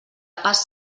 pas